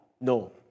No